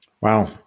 Wow